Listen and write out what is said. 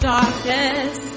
darkness